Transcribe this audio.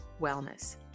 wellness